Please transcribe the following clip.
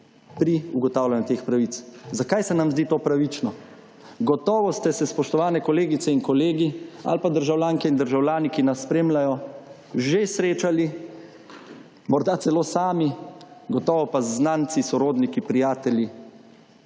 pri ugotavljanju teh pravic. Zakaj se nam zdi to pravično? Gotovo ste se, spoštovane kolegice in kolegi ali pa državljanke in državljani, ki nas spremljajo, že srečali, morda celo sami, gotovo pa z znanci, sorodniki, prijatelji,